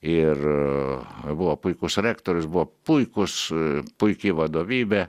ir buvo puikus rektorius buvo puikus puiki vadovybė